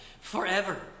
forever